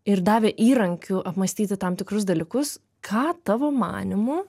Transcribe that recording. ir davė įrankių apmąstyti tam tikrus dalykus ką tavo manymu